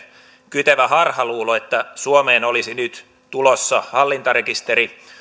kytevä harhaluulo että suomeen olisi nyt tulossa hallintarekisteri